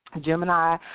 Gemini